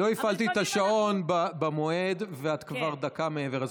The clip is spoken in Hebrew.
לא הפעלתי את השעון במועד ואת כבר דקה מעבר,